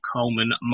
Coleman